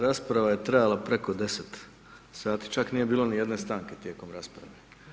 Rasprava je trajala preko 10 sati, čak nije bilo ni jedne stanke tijekom rasprave.